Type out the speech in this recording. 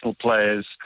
players